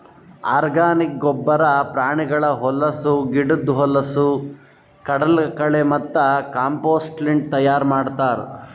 organic ಗೊಬ್ಬರ ಪ್ರಾಣಿಗಳ ಹೊಲಸು, ಗಿಡುದ್ ಹೊಲಸು, ಕಡಲಕಳೆ ಮತ್ತ ಕಾಂಪೋಸ್ಟ್ಲಿಂತ್ ತೈಯಾರ್ ಮಾಡ್ತರ್